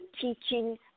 teaching